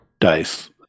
dice